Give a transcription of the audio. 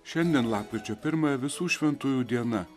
šiandien lapkričio pirmąją visų šventųjų diena